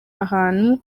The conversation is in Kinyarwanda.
ahantu